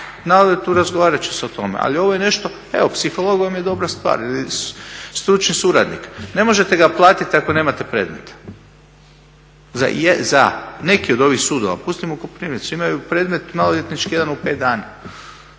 naletu razgovarat će se o tome, ali ovo je nešto, evo psiholog vam je dobra stvar ili stručni suradnik. Ne možete ga platiti ako nemate predmeta. Za neki od ovih sudova, pustimo Koprivnicu, imaju predmet maloljetnički jedan u pet dana,